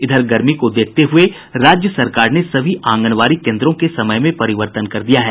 इधर गर्मी को देखते हये राज्य सरकार ने सभी आंगनबाड़ी केंद्रों के समय में परिवर्तन कर दिया है